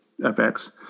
FX